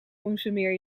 consumeer